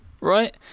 right